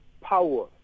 power